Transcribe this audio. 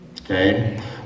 okay